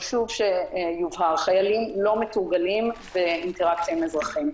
חשוב שיובהר: חיילים לא מתורגלים באינטראקציה עם אזרחים.